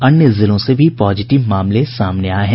अन्य जिलों से भी पॉजिटिव मामले सामने आये हैं